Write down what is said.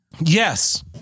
yes